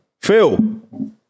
Phil